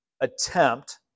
attempt